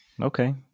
Okay